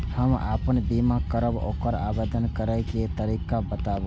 हम आपन बीमा करब ओकर आवेदन करै के तरीका बताबु?